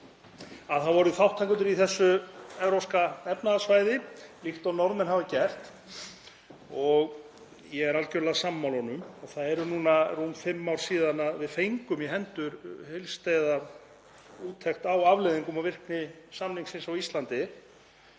að vera þátttakendur í þessu Evrópska efnahagssvæði líkt og Norðmenn hafa gert. Ég er algerlega sammála honum og það eru nú rúm fimm ár síðan við fengum í hendur heildstæða úttekt á afleiðingum og virkni samningsins á Íslandi